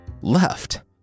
left